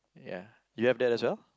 ya you have that as well